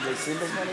ה"תקציבית".